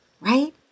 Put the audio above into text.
right